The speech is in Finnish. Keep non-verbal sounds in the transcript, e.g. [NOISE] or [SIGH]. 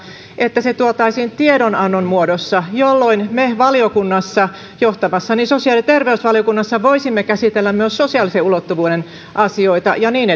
että ne tuotaisiin tiedonannon muodossa jolloin myös me johtamassani sosiaali ja terveysvaliokunnassa voisimme käsitellä sosiaalisen ulottuvuuden asioita ja niin [UNINTELLIGIBLE]